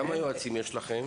כמה יועצים כאלה יש לכם?